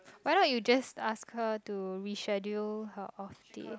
why not you just ask her to reschedule her off day